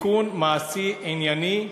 תיקון מעשי, ענייני,